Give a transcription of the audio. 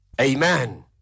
Amen